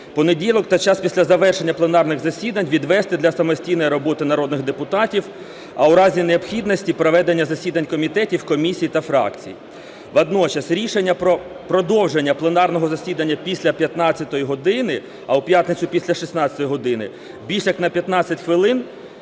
Понеділок та час після завершення пленарних засідань відвести для самостійної роботи народних депутатів, а у разі необхідності - проведення засідань комітетів, комісій та фракцій. Водночас рішення про продовження пленарного засідання після 15:00 години, а у п'ятницю після 16:00 години, більш як на 15 хвилин